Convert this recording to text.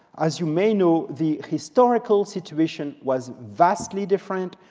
as you may know, the historical situation was vastly different,